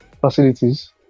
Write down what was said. facilities